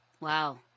wow